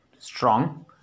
strong